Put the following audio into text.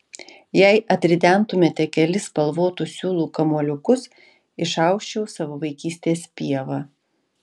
jei atridentumėte kelis spalvotų siūlų kamuoliukus išausčiau savo vaikystės pievą